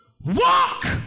walk